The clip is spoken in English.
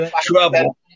trouble